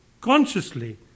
consciously